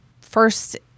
first